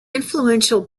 influential